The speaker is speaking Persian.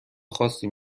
خاصی